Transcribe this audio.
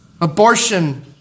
Abortion